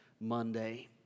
Monday